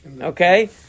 Okay